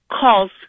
calls